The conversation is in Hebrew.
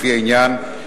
לפי העניין,